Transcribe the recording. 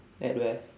at where